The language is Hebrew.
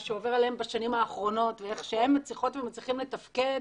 מה שעובר עליהם בשנים האחרונות ואיך שהם מצליחות ומצליחים לתפקד,